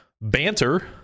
banter